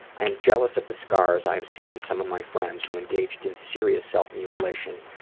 i am jealous of the scars i have seen on some of my friends who engaged in serious self-mutilation,